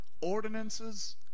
ordinances